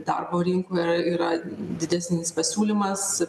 darbo rinkoje yra didesnis pasiūlymas